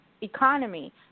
economy